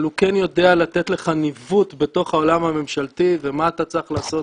אבל הוא כן יודע לתת לך ניווט בתוך העולם הממשלתי ומה אתה צריך לעשות